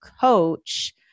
coach